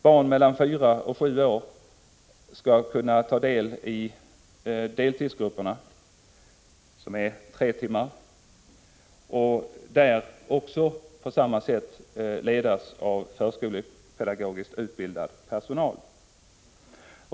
Barn mellan fyra och sju år skall kunna vara med i deltidsgrupperna, där 29 tiden är tre timmar, och på samma sätt ledas av förskolepedagogiskt utbildad personal.